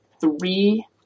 three